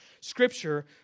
Scripture